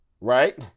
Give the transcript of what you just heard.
right